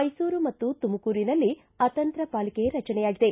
ಮೈಸೂರು ಮತ್ತು ತುಮಕೂರಿನಲ್ಲಿ ಅತಂತ್ರ ಪಾಲಿಕೆ ರಚನೆಯಾಗಿದೆ